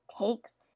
takes